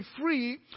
free